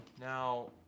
Now